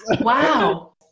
Wow